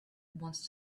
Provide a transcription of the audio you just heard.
once